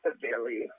severely